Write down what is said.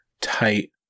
tight